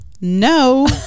No